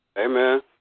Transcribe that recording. Amen